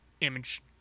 image